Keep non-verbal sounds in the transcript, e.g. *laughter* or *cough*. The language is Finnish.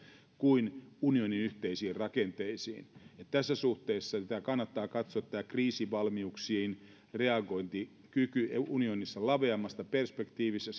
kuin unionin yhteisiin rakenteisiin tässä suhteessa kannattaa katsoa tämä kriisivalmiuksien reagointikyky unionissa laveammasta perspektiivistä *unintelligible*